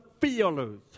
feelers